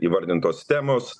įvardintos temos